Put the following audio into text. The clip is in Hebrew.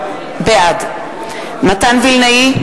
בעד מתן וילנאי,